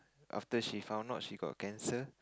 after she found out she got cancer